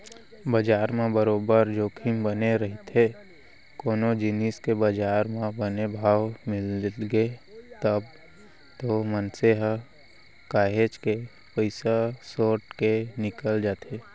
बजार म बरोबर जोखिम बने रहिथे कोनो जिनिस के बजार म बने भाव मिलगे तब तो मनसे ह काहेच के पइसा सोट के निकल जाथे